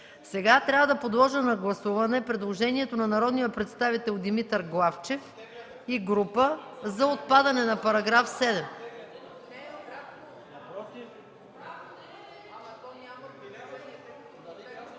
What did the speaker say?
е приет. Подлагам на гласуване предложението на народния представител Димитър Главчев и група за отпадане на § 7.